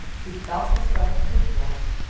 he felt the stuff of her dress,